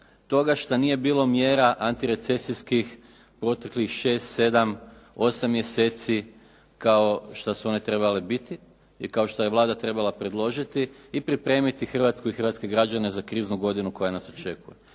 toga što nije bilo mjera antirecesijskih proteklih šest, sedam, osam mjeseci kao što su one trebale biti i kao što je Vlada trebala predložiti i pripremiti Hrvatsku i hrvatske građane za kriznu godinu koja nas očekuje.